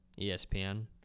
ESPN